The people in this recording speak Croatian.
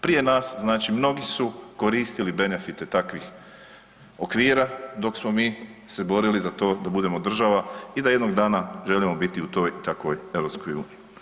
Prije nas, znači mnogi su koristili benefite takvih okvira dok smo mi se borili za to da budemo država i da jednog dana želimo biti u toj i takvoj EU.